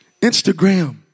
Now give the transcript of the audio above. Instagram